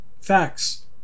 facts